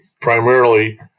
primarily